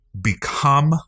become